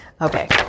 Okay